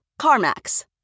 CarMax